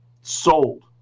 Sold